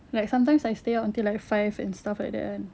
like sometimes I stay up until like five and stuff like that kan